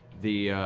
the